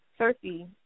Cersei